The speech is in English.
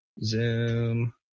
Zoom